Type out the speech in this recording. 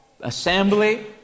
Assembly